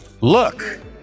Look